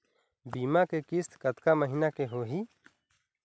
बीमा के किस्त कतका महीना के होही?